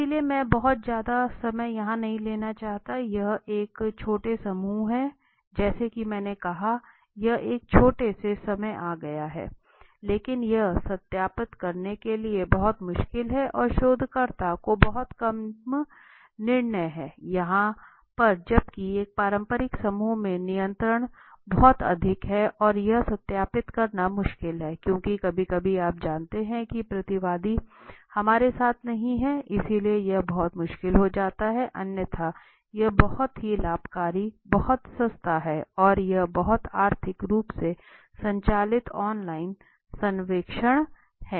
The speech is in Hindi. इसलिए मैं बहुत ज्यादा समय यहाँ लेना नहीं चाहता यह एक छोटे समूह है जैसा कि मैंने कहा यह एक छोटे से समय आ गया है लेकिन यह सत्यापित करने के लिए बहुत मुश्किल है और शोधकर्ता को बहुत कम नियंत्रण हैं यहाँ पर जबकि एक पारंपरिक समूह में नियंत्रण बहुत अधिक है और यह सत्यापित करना मुश्किल है क्योंकि कभी कभी आप जानते हैं कि प्रतिवादी हमारे साथ नहीं है इसलिए यह बहुत मुश्किल हो जाता है अन्यथा यह बहुत ही लाभकारी बहुत सस्ता है और यह बहुत आर्थिक रूप से संचालित ऑनलाइन सर्वेक्षण है